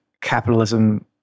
capitalism